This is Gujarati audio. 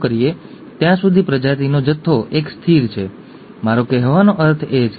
ટાયરિઓન લેનિસ્ટર તે છે